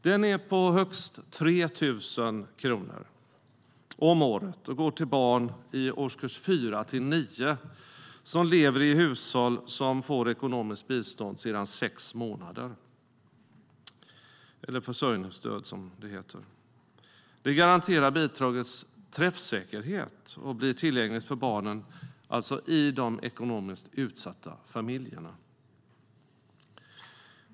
Den är på högst 3 000 kronor om året och går till barn i årskurs 4-9 som lever i hushåll som får ekonomiskt bistånd, eller försörjningsstöd som det heter, sedan sex månader. Det garanterar bidragets träffsäkerhet och blir tillgängligt för barnen i de ekonomiskt utsatta familjerna.